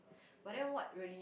but then what really